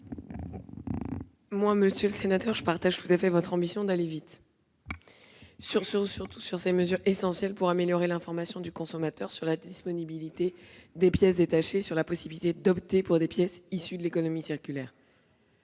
? Monsieur le sénateur, je partage tout à fait votre ambition d'aller vite pour améliorer l'information du consommateur sur la disponibilité des pièces détachées et sur la possibilité d'opter pour des pièces issues de l'économie circulaire.